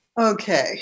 Okay